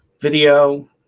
video